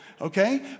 okay